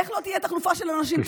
איך לא תהיה תחלופה של אנשים?